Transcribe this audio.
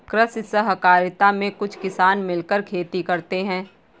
कृषि सहकारिता में कुछ किसान मिलकर खेती करते हैं